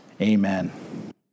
Amen